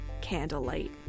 Candlelight